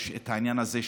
יש את העניין הזה,